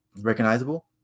recognizable